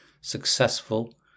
successful